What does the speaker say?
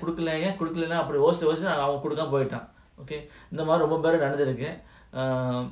apdie koduthuduven avankita okay இந்தமாதிரிரொம்பபேருக்குநடந்துருக்கு:indha madhiri romba peruku nadanthuruku err